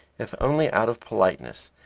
if only out of politeness,